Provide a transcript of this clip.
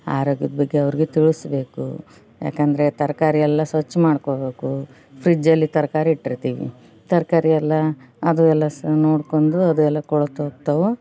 ಆರೋಗ್ಯದ ಬಗ್ಗೆ ಅವ್ರಿಗೆ ತಿಳಿಸ್ಬೇಕು ಯಾಕೆಂದ್ರೆ ತರಕಾರಿ ಎಲ್ಲ ಸ್ವಚ್ಛ ಮಾಡ್ಕೊಳ್ಬೇಕು ಫ್ರಿಜ್ಜಲ್ಲಿ ತರಕಾರಿ ಇಟ್ಟಿರ್ತೀವಿ ತರಕಾರಿ ಎಲ್ಲ ಅದು ಎಲ್ಲ ಸ ನೋಡ್ಕೊಂಡು ಅದು ಎಲ್ಲ ಕೊಳೆತೋಗ್ತವೆ